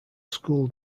school